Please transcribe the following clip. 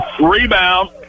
Rebound